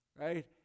right